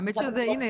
האמת שזה הנה,